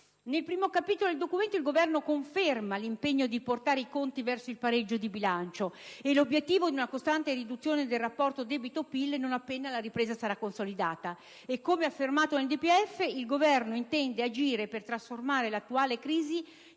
Nel primo capitolo del Documento il Governo conferma l'impegno di portare i conti verso il pareggio di bilancio e l'obiettivo di una costante riduzione del rapporto debito-PIL non appena la ripresa sarà consolidata. E, come affermato nel DPEF, «il Governo intende agire per trasformare l'attuale crisi